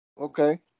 Okay